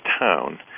town